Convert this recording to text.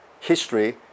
history